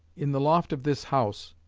in the loft of this house,